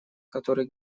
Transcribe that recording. который